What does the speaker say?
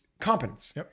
competence